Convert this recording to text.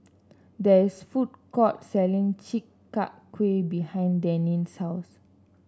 there is food court selling Chi Kak Kuih behind Denine's house